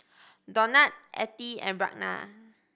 Donat Ethie and Ragna